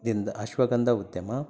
ದಿಂದ ಅಶ್ವಗಂಧ ಉದ್ಯಮ